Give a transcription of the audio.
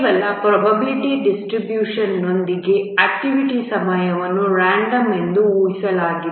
ಕೆಲವು ಪ್ರಾಬಬಿಲಿಟಿ ಡಿಸ್ಟ್ರಿಬ್ಯುಶನ್ನೊಂದಿಗೆ ಆಕ್ಟಿವಿಟಿ ಸಮಯವನ್ನು ರಾಂಡಮ್ ಎಂದು ಊಹಿಸಲಾಗಿದೆ